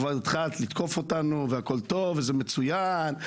כבר התחלת לתקוף אותנו והכול טוב וזה מצוין.